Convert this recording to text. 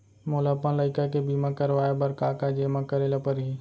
मोला अपन लइका के बीमा करवाए बर का का जेमा करे ल परही?